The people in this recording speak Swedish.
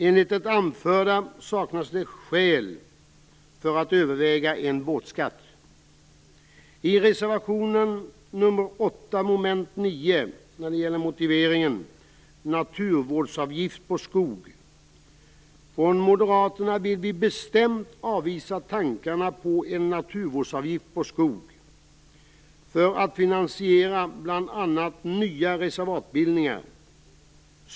Enligt det anförda saknas det skäl för att överväga en båtskatt. Moderaterna vill vi bestämt avvisa tankarna på en naturvårdsavgift på skog för att finansiera bl.a. nya reservatbildningar.